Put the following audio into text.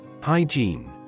Hygiene